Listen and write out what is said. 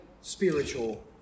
spiritual